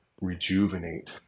rejuvenate